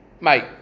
mate